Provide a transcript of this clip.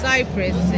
Cyprus